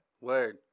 Word